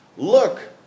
Look